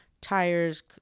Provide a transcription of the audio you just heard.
tires